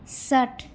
षट्